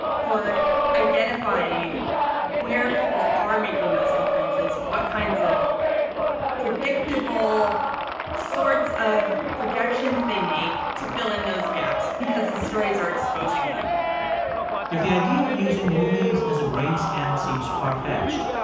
for identifying where people are making those inferences, what kinds of predictable sorts of projections they make to fill in those gaps because the stories are exposing them if the idea of using movies as a brain scan seems far-fetched,